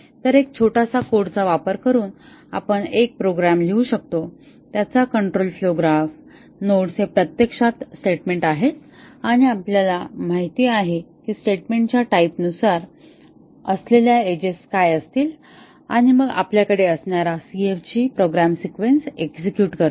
तर एक छोटासा कोड चा वापर करून आपण एक प्रोग्राम लिहू शकतो त्याचा कंट्रोल फ्लो ग्राफ नोड्स हे प्रत्यक्षात स्टेटमेंट आहेत आणि आपल्याला माहित आहे की स्टेटमेंटच्या टाईप नुसार असलेल्या एजेस काय असतील आणि मग आपल्याकडे असणारा CFG प्रोग्राम सिक्वेन्स एक्झेक्युट करतो